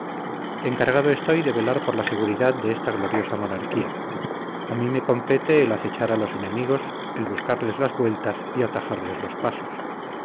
encargado estoy de velar por la seguridad de esta gloriosa monarquía a mí me compete el acechar a los enemigos el buscarles las vueltas y atajarles los pasos